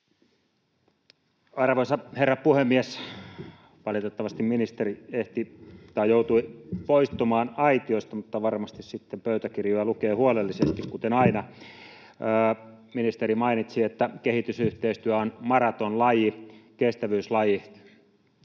Arvoisa herra puhemies! Valitettavasti ministeri ehti, tai joutui, poistumaan aitiosta, mutta varmasti sitten pöytäkirjoja lukee huolellisesti, kuten aina. Ministeri mainitsi, että kehitysyhteistyö on maratonlaji, kestävyyslaji.